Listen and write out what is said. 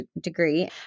degree